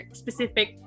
specific